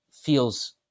feels